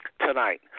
tonight